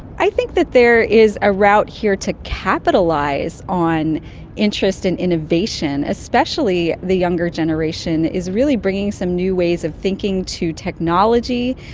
i think that there is a route here to capitalise on interest in innovation, especially the younger generation is really bringing some new ways of thinking to technology,